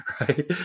right